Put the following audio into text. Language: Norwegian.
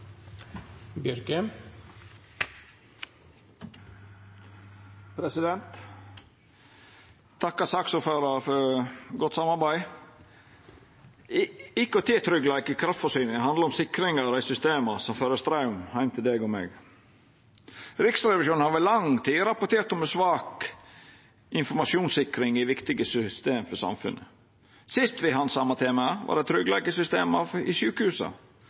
for godt samarbeid. IKT-tryggleik i kraftforsyninga handlar om sikring av dei systema som fører straum heim til deg og meg. Riksrevisjonen har over lang tid rapportert om svak informasjonssikring i viktige system for samfunnet. Sist me handsama temaet, galdt det tryggleiken i systema til sjukehusa,